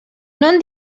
non